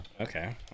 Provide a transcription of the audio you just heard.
Okay